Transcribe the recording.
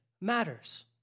matters